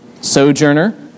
sojourner